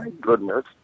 goodness